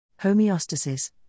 Homeostasis